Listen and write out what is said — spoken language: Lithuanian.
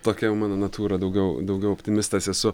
tokia mano natūra daugiau daugiau optimistas esu